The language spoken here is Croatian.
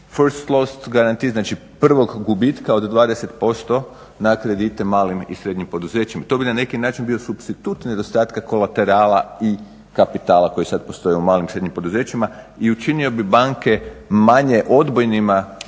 first lost garanty, znači prvog gubitka od 20% na kredite malim i srednjim poduzećima. To bi na neki način bio supstitut nedostatka kolaterala i kapitala koji sada postoji u malim i srednjim poduzećima i učinio bi banke manje odbojnima